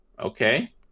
Okay